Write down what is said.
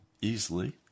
easily